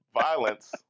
violence